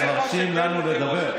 אתם מרשים לנו לדבר?